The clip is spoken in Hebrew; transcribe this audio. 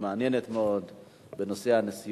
אני מצפה שבתיאומים בין מערכת הביטחון והמינהל האזרחי